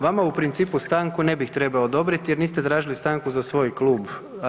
Vama u principu stanku ne bih trebao odobriti jer niste tražili stanku za svoj klub.